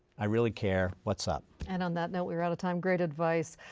i really care, what's up? and on that note we are out of time. great advice.